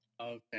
Okay